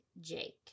Jake